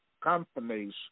companies